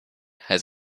has